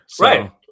Right